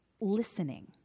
listening